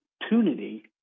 opportunity